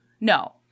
No